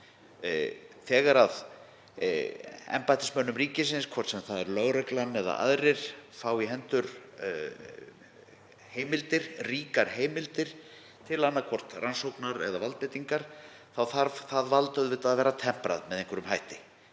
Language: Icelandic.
Þegar embættismenn ríkisins, hvort sem það er lögreglan eða aðrir, fá í hendur heimildir, ríkar heimildir, til annaðhvort rannsóknar eða valdbeitingar þá þarf það vald auðvitað að vera temprað með einhverjum hætti.